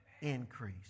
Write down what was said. Increase